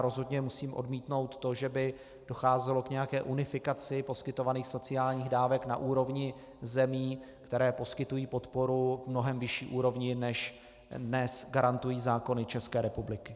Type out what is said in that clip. Rozhodně musím odmítnout to, že by docházelo k nějaké unifikaci poskytovaných sociálních dávek na úrovni zemí, které poskytují podporu na mnohem vyšší úrovni, než dnes garantují zákony České republiky.